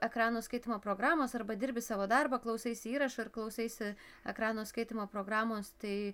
ekrano skaitymo programos arba dirbi savo darbą klausaisi įrašų ir klausaisi ekrano skaitymo programos tai